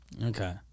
Okay